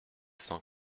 cent